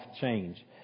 change